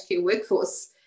workforce